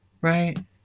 Right